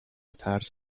ترس